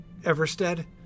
Everstead